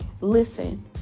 listen